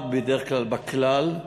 אם את רוצה לדעת מה בדרך כלל, בכלל,